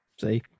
See